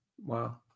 Wow